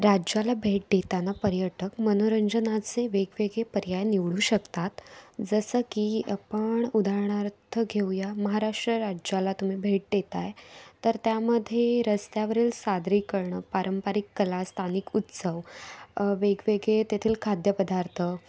राज्याला भेट देताना पर्यटक मनोरंजनाचे वेगवेगळे पर्याय निवडू शकतात जसं की आपण उदाहरणार्थ घेऊ या महाराष्ट्र राज्याला तुम्ही भेट देताय तर त्यामध्ये रस्त्यावरील सादरीकरणं पारंपरिक कला स्थानिक उत्सव वेगवेगळे तेथील खाद्य पदार्थ